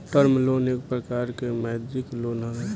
term loan एक प्रकार के मौदृक लोन हवे